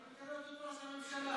זאת מדיניות ראש הממשלה.